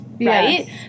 Right